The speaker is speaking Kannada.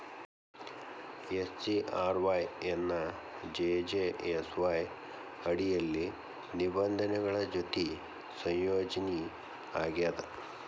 ಎಸ್.ಜಿ.ಆರ್.ವಾಯ್ ಎನ್ನಾ ಜೆ.ಜೇ.ಎಸ್.ವಾಯ್ ಅಡಿಯಲ್ಲಿ ನಿಬಂಧನೆಗಳ ಜೊತಿ ಸಂಯೋಜನಿ ಆಗ್ಯಾದ